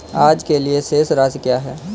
आज के लिए शेष राशि क्या है?